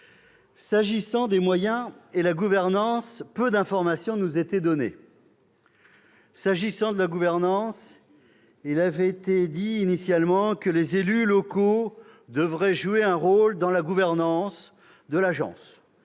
S'agissant des moyens et de la gouvernance, peu d'informations nous étaient données. Pour ce qui est de la gouvernance, il avait été dit initialement que « les élus locaux devraient jouer un rôle dans la gouvernance de l'agence